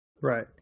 right